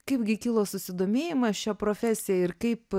kaipgi kilo susidomėjimas šia profesija ir kaip